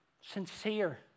sincere